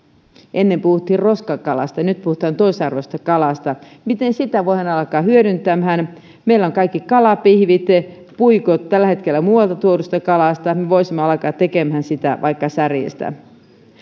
ennen puhuttiin roskakalasta nyt puhutaan toisarvoisesta kalasta miten sitä voidaan alkaa hyödyntämään meillä on kaikki kalapihvit ja puikot tällä hetkellä muualta tuodusta kalasta me voisimme alkaa tekemään niitä vaikka särjestä